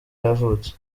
yavutse